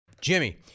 Jimmy